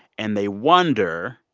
and they wonder,